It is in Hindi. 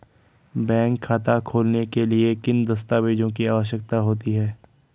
बैंक खाता खोलने के लिए किन दस्तावेज़ों की आवश्यकता होती है?